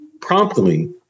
promptly